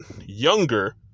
younger